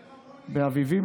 באביבים,